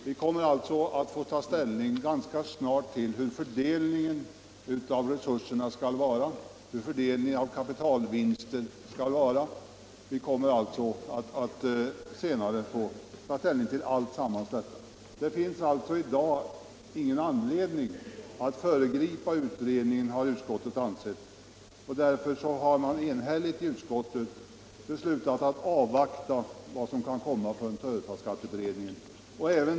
Vi kommer således ganska snart att få ta ställning till bl.a. fördelningen av resurserna och fördelningen av kapitalvinster. Det finns alltså ingen anledning att i dag föregripa utredningens resultat. Därför har utskottet enhälligt beslutat avvakta företagsskatteberedningens förslag.